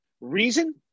reason